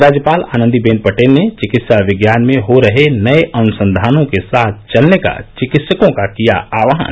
राज्यपाल आनंदीबेन पटेल ने चिकित्सा विज्ञान में हो रहे नये अनुसंधानों के साथ चलने का चिकित्सकों का किया आह्वान